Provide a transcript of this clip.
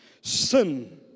Sin